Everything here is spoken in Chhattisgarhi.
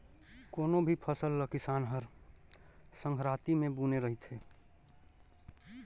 कोनो भी फसल ल किसान हर संघराती मे बूने रहथे